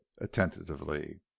attentively